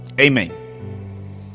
Amen